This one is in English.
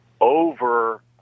over